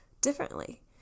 differently